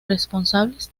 responsables